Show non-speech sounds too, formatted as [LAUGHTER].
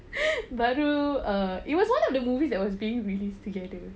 [LAUGHS] baru err it was one of the movies that was being released together